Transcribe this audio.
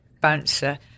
Bouncer